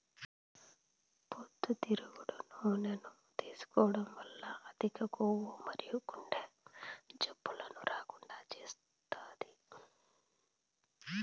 పొద్దుతిరుగుడు నూనెను తీసుకోవడం వల్ల అధిక కొవ్వు మరియు గుండె జబ్బులను రాకుండా చేస్తాది